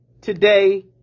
Today